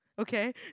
okay